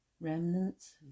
Remnants